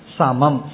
samam